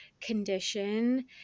condition